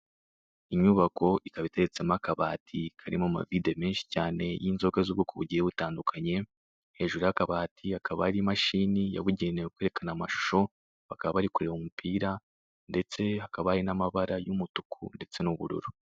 Inyubako ikaba iteretsemo akabati karimo amavide menshi cyane y'inzoga z'ubwoko bugiye butandukanye, hejuru y'akabati hakaba hari imashini yabugenewe kwerekana amashusho bakaba bari kureba umupira ndetse hakaba hari n'amabara y'umutuku ndetse n'ubururu.